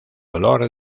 dolor